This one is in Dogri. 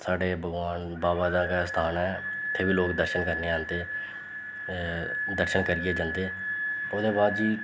साढ़े भगवान बाबा दा गै स्थान ऐ इत्थें बी लोग दर्शन करने गी आंदे दर्शन करियै जंदे ओह्दे बाद जी